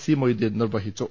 C Moideen നിർവഹിച്ചു